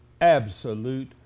Absolute